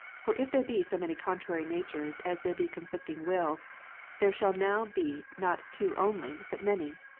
for if there be so many contrary natures, as there be conflicting wills there shall now be not two only, but many.